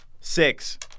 Six